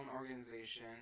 organization